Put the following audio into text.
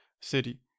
city